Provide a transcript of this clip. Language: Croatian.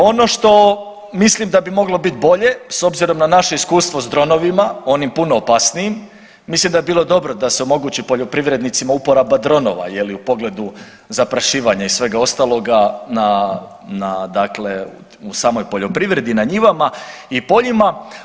Ono što mislim da bi moglo biti bolje, s obzirom na naše iskustvo na dronovima, onim puno opasnijim, mislim da bi bilo dobro da se omogući poljoprivrednicima uporaba dronova u pogledu zaprašivanja i svega ostaloga u samoj poljoprivredi na njivama i poljima.